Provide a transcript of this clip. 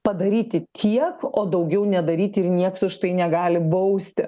padaryti tiek o daugiau nedaryti ir nieks už tai negali bausti